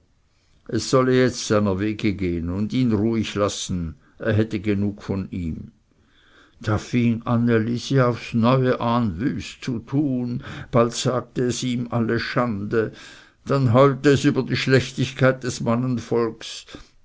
es solle jetzt seiner wege gehn und ihn ruhig lassen er hätte genug von ihm da fing anne lisi aufs neue an wüst zu tun bald sagte es ihm alle schande dann heulte es über die schlechtigkeit des